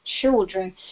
children